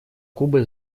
кубы